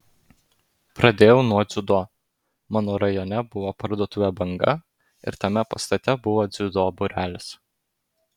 pradėjau nuo dziudo mano rajone buvo parduotuvė banga ir tame pastate buvo dziudo būrelis